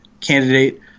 candidate